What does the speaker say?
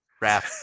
Rap